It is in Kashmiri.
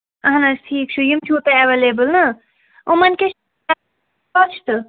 اہن حظ ٹھیٖک چھُ یِم چھُوا تۄہہِ اَٮ۪ویلیبٕل نا یِمَن کیٛاہ کاسٹ